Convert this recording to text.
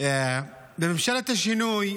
בממשלת השינוי,